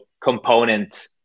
component